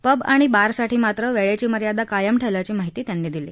pub आणि बारसाठी मात्र वेळेची मर्यादा कायम ठेवल्याची माहिती त्यांनी दिली